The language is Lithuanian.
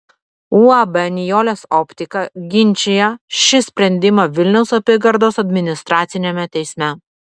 uab nijolės optika ginčija šį sprendimą vilniaus apygardos administraciniame teisme